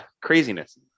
craziness